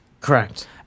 Correct